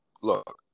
look